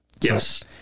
Yes